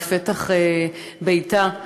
בפתח ביתה,